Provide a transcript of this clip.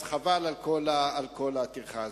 אז חבל על כל הטרחה הזאת.